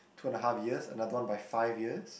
two and a half years another one by five years